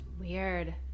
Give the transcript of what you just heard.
weird